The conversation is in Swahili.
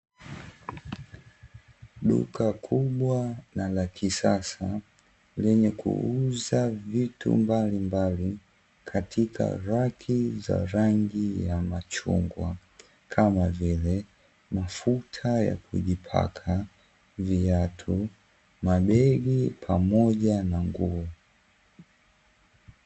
Duka kubwa na la kisasa lenye kuuza vitu mbalimbali, katika rafu za rangi ya machungwa, kama vile: mafuta ya kujipaka, viatu, mabegi, pamoja na nguo.